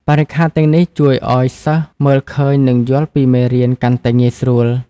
បរិក្ខារទាំងនេះជួយឱ្យសិស្សមើលឃើញនិងយល់ពីមេរៀនកាន់តែងាយស្រួល។